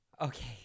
Okay